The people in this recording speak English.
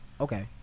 Okay